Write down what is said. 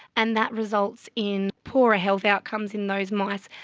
and that results in poorer health outcomes in those mice.